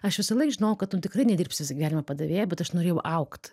aš visąlaik žinojau kad nu tikrai nedirbsiu visą gyvenimą padavėja bet aš norėjau augt